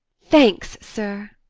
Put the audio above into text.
thanks, sir.